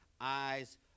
eyes